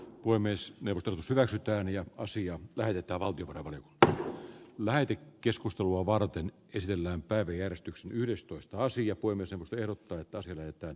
voi myös hyväksytään ja osia merta valtimon r b maiti keskustelua varten kysellään päivi järistyksen yhdestoista asia voi myös erottaa tosilöytö